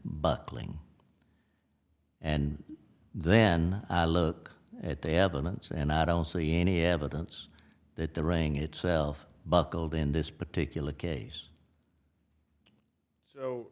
buckling and then i look at the evidence and i don't see any evidence that the ring itself buckled in this particular case